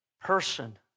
person